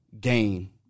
gain